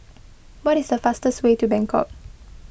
what is the fastest way to Bangkok